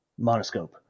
monoscope